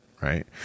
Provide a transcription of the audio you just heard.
right